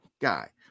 guy